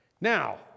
Now